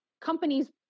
companies